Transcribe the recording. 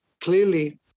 clearly